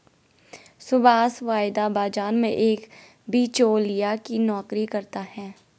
सुभाष वायदा बाजार में एक बीचोलिया की नौकरी करता है